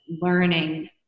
learning